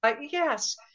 Yes